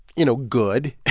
you know, good.